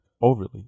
overly